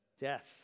Death